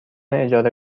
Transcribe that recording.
اجاره